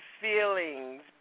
feelings